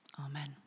Amen